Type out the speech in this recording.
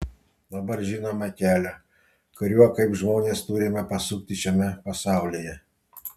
dabar žinome kelią kuriuo kaip žmonės turime pasukti šiame pasaulyje